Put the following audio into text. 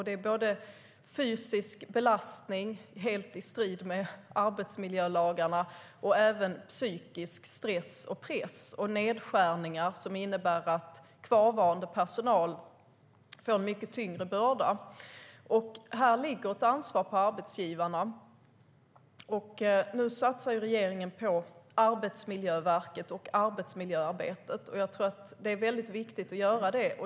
Det är fysisk belastning helt i strid med arbetsmiljölagarna, psykisk stress och press och nedskärningar som innebär att kvarvarande personal får en mycket tyngre börda. Här ligger ett ansvar på arbetsgivarna. Nu satsar regeringen på Arbetsmiljöverket och arbetsmiljöarbetet. Jag tror att det är viktigt att göra det.